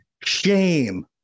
shame